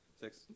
Six